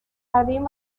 jardín